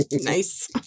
Nice